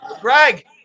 Greg